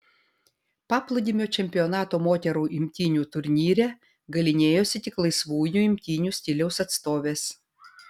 paplūdimio čempionato moterų imtynių turnyre galynėjosi tik laisvųjų imtynių stiliaus atstovės